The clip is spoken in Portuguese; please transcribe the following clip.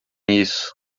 isso